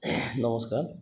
নমস্কাৰ